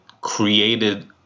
created